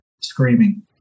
screaming